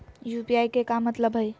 UPI के का मतलब हई?